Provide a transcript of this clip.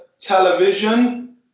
television